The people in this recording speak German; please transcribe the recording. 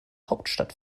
hauptstadt